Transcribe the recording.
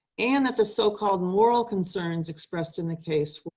and that the so-called moral concerns expressed in the case were,